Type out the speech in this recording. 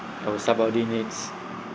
our subordinates